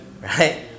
right